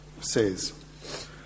says